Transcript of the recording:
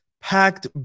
packed